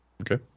Okay